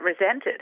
resented